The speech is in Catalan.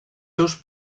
seus